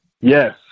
Yes